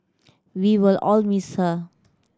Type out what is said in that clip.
we will all miss her